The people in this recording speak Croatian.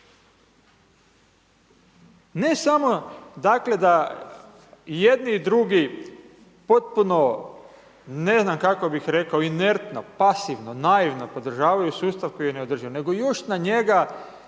Ne samo dakle da jedni i drugi potpuno ne znam kako bih rekao inertno, pasivno, naivno podržavaju sustav koji je neodrživ nego još na njega